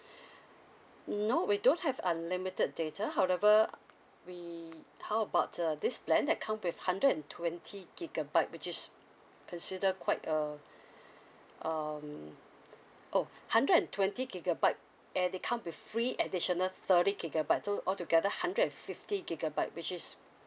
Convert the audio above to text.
no we don't have unlimited data however we how about uh this plan that come with hundred and twenty gigabyte which is consider quite uh um oh hundred and twenty gigabyte and they come with free additional thirty gigabyte so altogether hundred and fifty gigabyte which is